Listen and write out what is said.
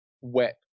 wet